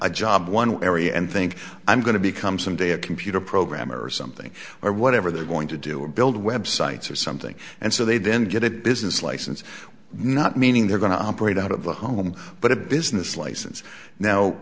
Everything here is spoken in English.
a job one area and think i'm going to become someday a computer programmer or something or whatever they're going to do or build websites or something and so they then get it business license not meaning they're going to operate out of the home but a business license now